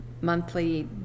monthly